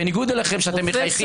בניגוד אליכם שאתם מחייכים,